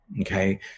Okay